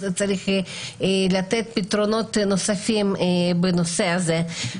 צריך לתת פתרונות נוספים בנושא הזה.